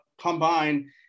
combine